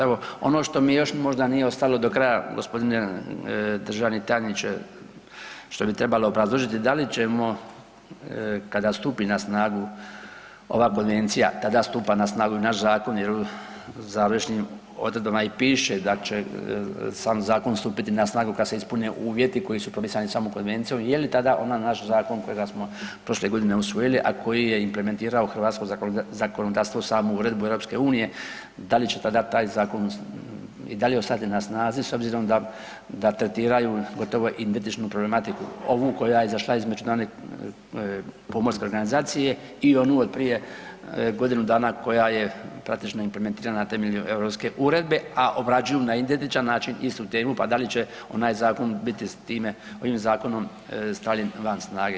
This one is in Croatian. Evo, što mi možda još nije ostalo do kraja gospodine državni tajniče što bi trebalo obrazložiti da li ćemo kada stupi na snagu ova konvencija, tada stupa na snagu i naš zakon jer u završnim odredbama i piše da će sam zakon stupiti na snagu kad se ispune uvjeti koji su propisani samom konvencija, je li tada onda naš zakon kojega smo prošle godine usvojili, a koji je implementirao u hrvatsko zakonodavstvo samu uredbu EU, da li će tada taj zakon i dalje ostati na snazi s obzirom da tretiraju gotovo identičnu problematiku, ovu koja je izašla iz Međunarodne pomorske organizacije i onu od prije godinu dana koja je praktično implementirana na temelju europske uredbe a obrađuju na identičan način istu temu pa da li će onaj zakon biti s time, ovim zakonom stavljen van snage.